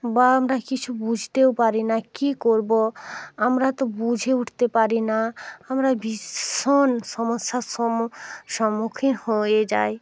বা আমরা কিছু বুঝতেও পারি না কী করবো আমরা তো বুঝে উঠতে পারি না আমরা ভীষণ সমস্যার সম্মু সম্মুখীন হয়ে যাই